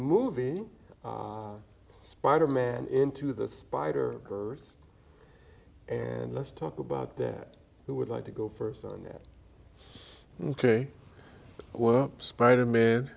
movie spider man into the spider and let's talk about that who would like to go first on that ok well spider man